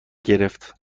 گرفت